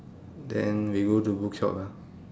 then we go to bookshop ah